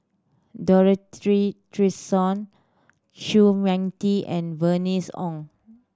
Dorothy Tessensohn Chua Mia Tee and Bernice Ong